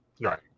Right